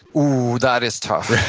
ooh, that is tough.